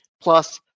plus